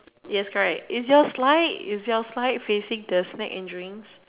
yes correct is your slide is your slide facing the snacks and drinks